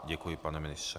Děkuji, pane ministře.